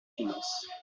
finances